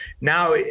now